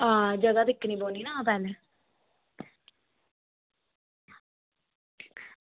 आं जगह दिक्खनी पौनी ना पैह्लें